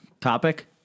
topic